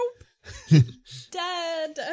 Dead